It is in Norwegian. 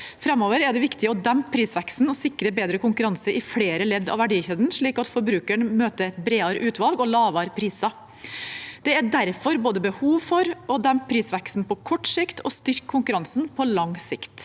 urimelige 3133 matvarepriser veksten og sikre bedre konkurranse i flere ledd av verdikjeden, slik at forbrukeren møter et bredere utvalg og lavere priser. Det er derfor behov for både å dempe prisveksten på kort sikt og å styrke konkurransen på lang sikt.